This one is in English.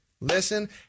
Listen